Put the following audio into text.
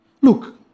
Look